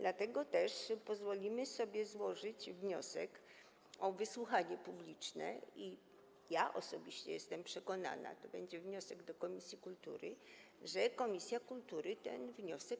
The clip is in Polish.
Dlatego też pozwolimy sobie złożyć wniosek o wysłuchanie publiczne i osobiście jestem przekonana - to będzie wniosek do komisji kultury - że komisja kultury poprze ten wniosek.